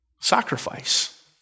sacrifice